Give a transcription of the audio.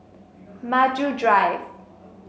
Maju Drive